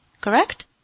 Correct